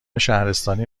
شهرستانی